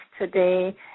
today